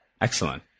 Excellent